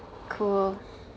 cool